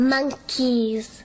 Monkeys